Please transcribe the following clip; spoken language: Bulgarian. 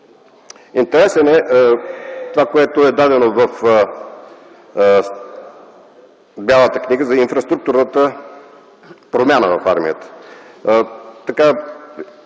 Интересно е това, което е дадено в Бялата книга за инфраструктурната промяна в армията.